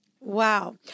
Wow